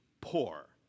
poor